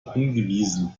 angewiesen